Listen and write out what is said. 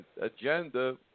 agenda